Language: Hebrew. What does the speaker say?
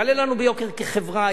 יעלה לנו ביוקר כחברה,